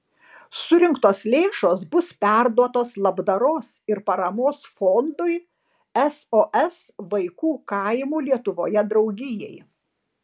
surinktos lėšos bus perduotos labdaros ir paramos fondui sos vaikų kaimų lietuvoje draugijai